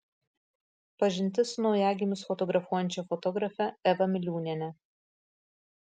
pažintis su naujagimius fotografuojančia fotografe eva miliūniene